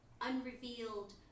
Unrevealed